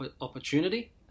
opportunity